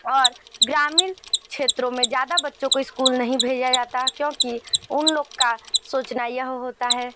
और ग्रामीण क्षेत्रों में ज़्यादा बच्चों को इस्कूल नहीं भेजा जाता क्योंकि उन लोग का सोचना यह होता है